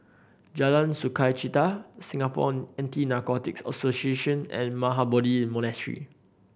Jalan Sukachita Singapore Anti Narcotics Association and Mahabodhi Monastery